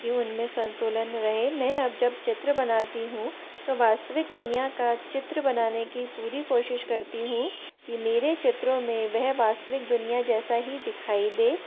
कि उनमें संतुलन रहे मैं अब जब चित्र बनाती हूँ तो वास्तविक दुनिया का चित्र बनाने की पूरी कोशिश करती हूँ कि मेरे चित्रों में वह वास्तविक दुनिया जैसा ही दिखाई दे